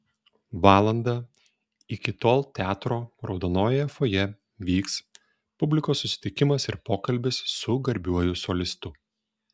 valandą iki tol teatro raudonojoje fojė vyks publikos susitikimas ir pokalbis su garbiuoju solistu